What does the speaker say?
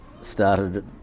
started